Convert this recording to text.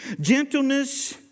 Gentleness